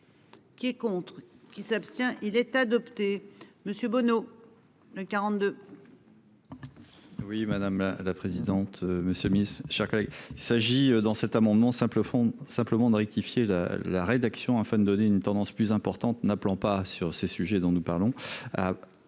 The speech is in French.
Qui est contre qui s'abstient. Il est adopté. Monsieur Bono le 47.